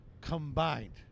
combined